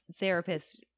therapists